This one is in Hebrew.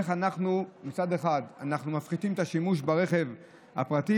איך אנחנו מפחיתים את השימוש ברכב הפרטי